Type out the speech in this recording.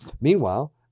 Meanwhile